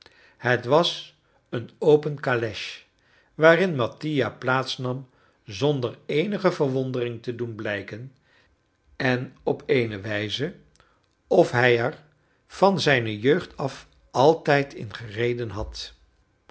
het was eene open calèche waarin mattia plaats nam zonder eenige verwondering te doen blijken en op eene wijze of hij er van zijne jeugd af altijd in gereden had